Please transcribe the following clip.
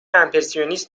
امپرسیونیست